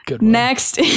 Next